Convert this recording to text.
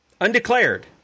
Undeclared